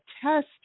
test